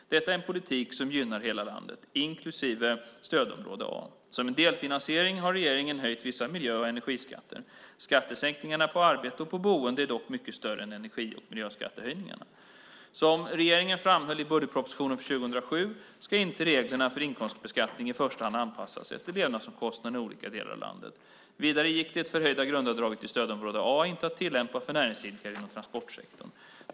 Detta är en politik som gynnar hela landet, givetvis inklusive stödområde A. Som en delfinansiering har regeringen höjt vissa miljö och energiskatter. Skattesänkningarna på arbete och på boende är dock mycket större än energi och miljöskattehöjningarna. Som regeringen framhöll i budgetpropositionen för 2007 ska inte reglerna för inkomstbeskattningen i första hand anpassas efter levnadsomkostnaderna i olika delar av landet. Vidare gick det förhöjda grundavdraget i stödområde A inte att tillämpa för näringsidkare inom transportsektorn.